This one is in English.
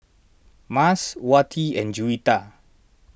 Mas Wati and Juwita